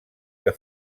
que